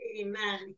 Amen